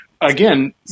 again